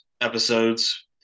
episodes